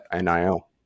nil